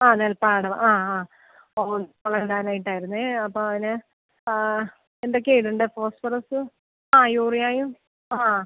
ആ നെൽപ്പാടം ആ ആ അത് വളം ഇടാനായിട്ടായിരുന്നേ അപ്പോൾ അതിന് ആ എന്തൊക്കെയാ ഇടണ്ടേ ഫോസ്ഫറസ് ആ യൂറിയായും ആ